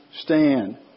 Stand